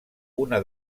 una